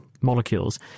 molecules